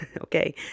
okay